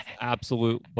absolute